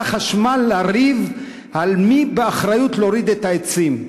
החשמל לריב על מי האחריות להוריד את העצים.